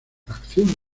acción